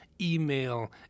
email